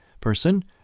person